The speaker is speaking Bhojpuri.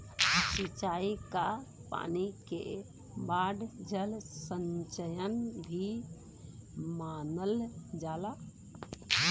सिंचाई क पानी के बाढ़ जल संचयन भी मानल जाला